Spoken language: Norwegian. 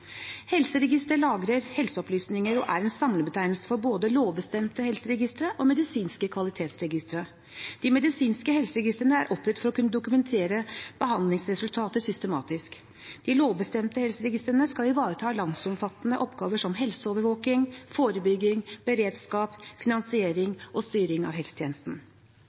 Helseregistre lagrer helseopplysninger og er en samlebetegnelse for både lovbestemte helseregistre og medisinske kvalitetsregistre. De medisinske helseregistrene er opprettet for å kunne dokumentere behandlingsresultater systematisk. De lovbestemte helseregistrene skal ivareta landsomfattende oppgaver som helseovervåking, forebygging, beredskap, finansiering og styring av helsetjenesten.